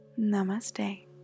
Namaste